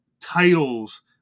titles